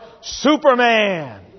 Superman